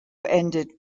ended